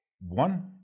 One